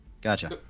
Gotcha